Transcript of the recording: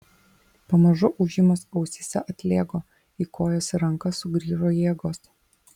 pamažu ūžimas ausyse atlėgo į kojas ir rankas sugrįžo jėgos